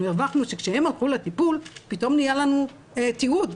אנחנו הרווחנו שכשהם הלכו לטפול פתאום נהיה לנו תיעוד,